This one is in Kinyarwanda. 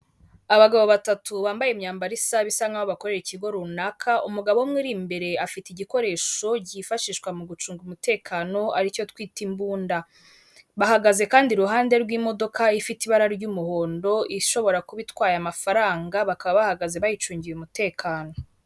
Igipapuro k'inyemezabwishyu gitangwa n'ikigo cyimisoro n'amahoro, kikaba kigaragaza igiciro cyamafaranga iki kintu cyatanzweho nicyo gikorwa cyakozwe.